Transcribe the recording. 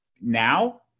now